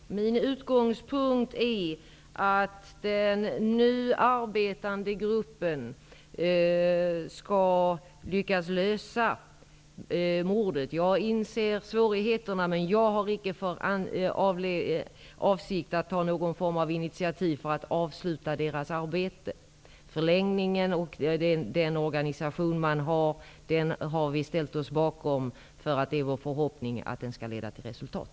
Fru talman! Min utgångspunkt är att den nu arbetande gruppen skall lyckas lösa mordgåtan. Jag inser svårigheterna. Men jag har icke för avsikt att ta något initiativ för att avsluta gruppens arbete. Vi har ställt oss bakom att utredningen i sin nuvarande organisation skall fortsätta sitt arbete, och det är vår förhoppning att den skall komma fram till ett resultat.